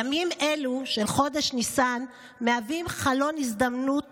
ימים אלו של חודש ניסן הם חלון הזדמנות